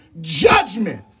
judgment